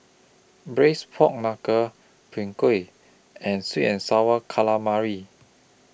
Braised Pork Knuckle Png Kueh and Sweet and Sour Calamari